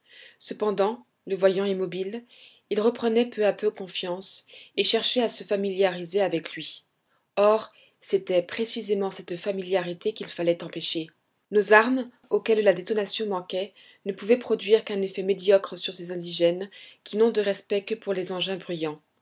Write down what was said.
cependant le voyant immobile ils reprenaient peu à peu confiance et cherchaient à se familiariser avec lui or c'était précisément cette familiarité qu'il fallait empêcher nos armes auxquelles la détonation manquait ne pouvaient produire qu'un effet médiocre sur ces indigènes qui n'ont de respect que pour les engins bruyants